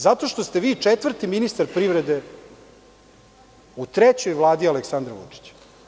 Zato što ste vi četvrti ministar privrede u trećoj Vladi Aleksandara Vučića.